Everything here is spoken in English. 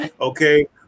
okay